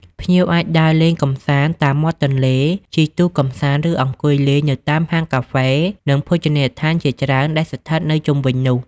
ភ្ញៀវអាចដើរលេងកម្សាន្តតាមមាត់ទន្លេ ជិះទូកកម្សាន្ត ឬអង្គុយលេងនៅតាមហាងកាហ្វេ និងភោជនីយដ្ឋានជាច្រើនដែលស្ថិតនៅជុំវិញនោះ។